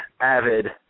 avid